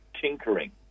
tinkering